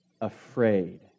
afraid